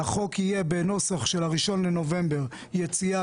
החוק יהיה בנוסח של ה-1 בנובמבר יציאה